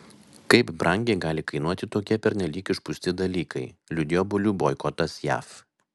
kaip brangiai gali kainuoti tokie pernelyg išpūsti dalykai liudija obuolių boikotas jav